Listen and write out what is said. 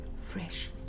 fresh